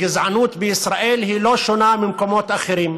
וגזענות בישראל הם לא שונים מבמקומות אחרים.